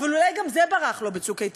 אולי גם זה ברח לו ב"צוק איתן",